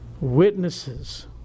witnesses